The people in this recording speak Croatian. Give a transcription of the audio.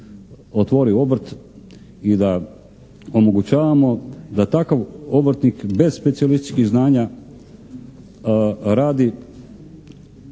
otvori obrt i da omogućavamo da takav obrtnik bez specijalističkih znanja radi